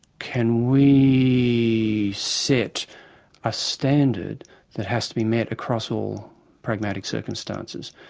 can we set a standard that has to be met across all pragmatic circumstances,